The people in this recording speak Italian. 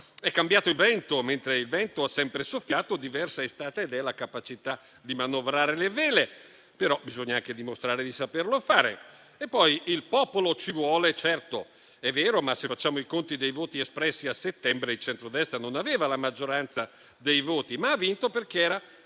È cambiato il vento, mentre il vento ha sempre soffiato; diversa è stata ed è la capacità di manovrare le vele, però bisogna anche dimostrare di saperlo fare. E poi: il popolo ci vuole. Certo, è vero; ma, se facciamo i conti dei voti espressi a settembre, il centrodestra non aveva la maggioranza dei voti. Ha vinto perché era